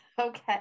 okay